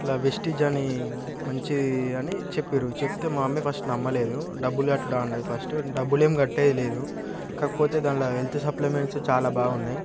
ఇట్ల విస్టిజ్ అని మంచీ అని చెప్పిర్రు చెప్తే మా మమ్మీ ఫస్ట్ నమ్మలేదు డబ్బులు కట్టుడా అన్నది ఫస్టు డబ్బులేం గట్టేది లేదు కాకపోతే దానిలో హెల్త్ సప్లిమెంట్సు చాలా బాగున్నాయి